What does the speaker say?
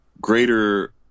Greater